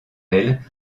elles